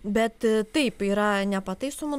bet taip yra nepataisomų